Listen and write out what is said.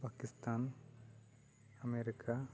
Pakistan America